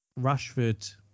Rashford